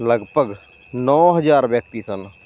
ਲਗਭਗ ਨੌਂ ਹਜ਼ਾਰ ਵਿਅਕਤੀ ਸਨ